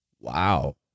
Wow